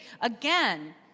again